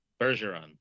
Bergeron